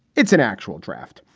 it's an actual draft.